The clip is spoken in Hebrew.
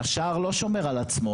השער לא שומר על עצמו,